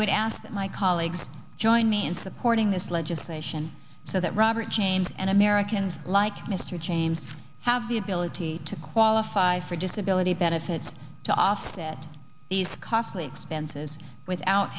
would ask my colleagues join me in supporting this legislation so that robert chambers and americans like mr james have the ability to qualify for disability benefits to offset these costly dances without